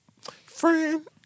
Friend